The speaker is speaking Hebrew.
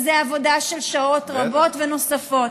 זה עבודה של שעות רבות ונוספות.